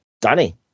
Danny